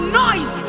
noise